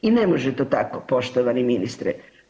I ne može to tako, poštovani ministre.